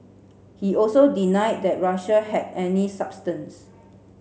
he also denied that Russia had any substance